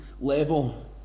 level